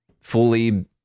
fully